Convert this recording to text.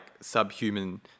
subhuman